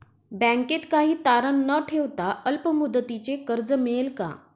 बँकेत काही तारण न ठेवता अल्प मुदतीचे कर्ज मिळेल का?